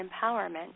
empowerment